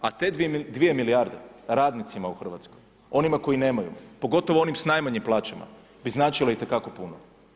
A te 2 milijarde radnicima u Hrvatskoj, onima koji nemaju pogotovo onim s najmanjim plaćama bi značilo i te kako puno.